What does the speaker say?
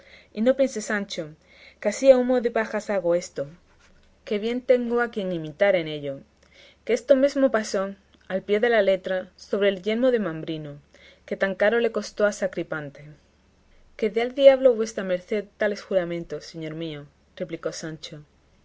y no pienses sancho que así a humo de pajas hago esto que bien tengo a quien imitar en ello que esto mesmo pasó al pie de la letra sobre el yelmo de mambrino que tan caro le costó a sacripante que dé al diablo vuestra merced tales juramentos señor mío replicó sancho